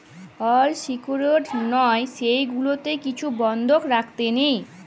আল secured লল যেগুলাতে কিছু বল্ধক রাইখে লেই